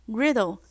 riddle